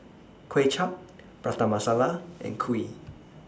Kuay Chap Prata Masala and Kuih